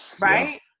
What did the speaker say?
Right